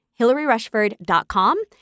hillaryrushford.com